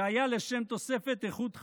זה היה לשם תוספת איכות חיים?